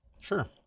Sure